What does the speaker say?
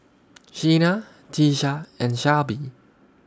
Sheena Tisha and Shelbie